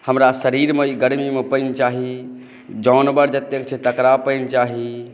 हमरा शरीरमे ई गरमीमे पानि चाही जानवर जतेक छै तकरा पानि चाही